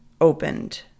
opened